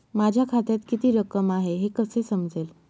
माझ्या खात्यात किती रक्कम आहे हे कसे समजेल?